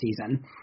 season